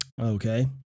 Okay